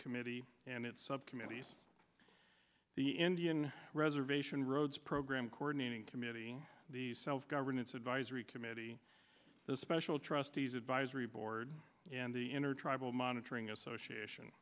committee and its subcommittees the indian reservation roads program coordinating committee the self governance advisory committee the special trustees advisory board and the intertribal monitoring association